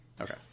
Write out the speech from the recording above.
Okay